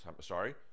sorry